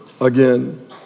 again